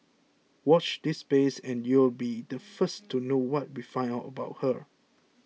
watch this space and you'll be the first to know what we find out about her